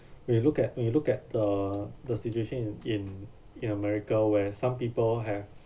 when you look at when you look at the the situation in in in america where some people have